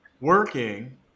working